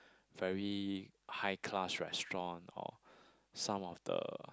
very high class restaurant or some of the